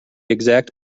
exact